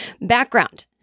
Background